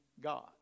God